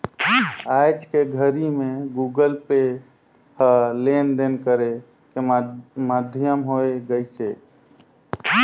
आयज के घरी मे गुगल पे ह लेन देन करे के माधियम होय गइसे